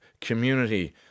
community